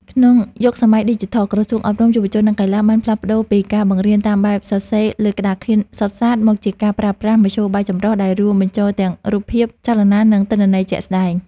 ក្នុងយុគសម័យឌីជីថល ក្រសួងអប់រំ យុវជន និងកីឡា បានផ្លាស់ប្តូរពីការបង្រៀនតាមបែបសរសេរលើក្ដារខៀនសុទ្ធសាធ មកជាការប្រើប្រាស់មធ្យោបាយចម្រុះ ដែលរួមបញ្ចូលទាំងរូបភាព ចលនា និងទិន្នន័យជាក់ស្ដែង។